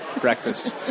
breakfast